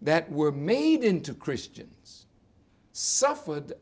that were made into christians suffered